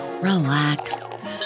relax